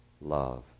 love